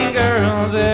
girls